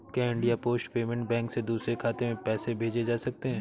क्या India post payment bank से दूसरे खाते में पैसे भेजे जा सकते हैं?